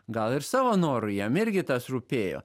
gal ir savo noru jam irgi tas rūpėjo